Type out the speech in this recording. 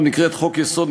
יש להן ההיסטוריה,